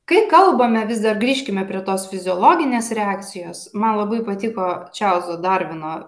kai kalbame vis dar grįžkime prie tos fiziologinės reakcijos man labai patiko čarlzo darvino